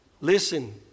listen